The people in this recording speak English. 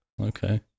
Okay